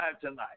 tonight